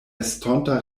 estonta